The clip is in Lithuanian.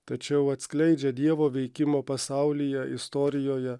tačiau atskleidžia dievo veikimo pasaulyje istorijoje